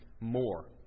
more